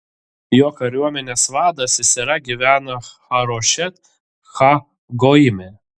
jo kariuomenės vadas sisera gyveno harošet ha goime